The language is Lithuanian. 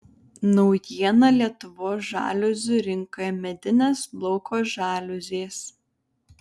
naujiena lietuvos žaliuzių rinkoje medinės lauko žaliuzės